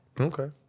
Okay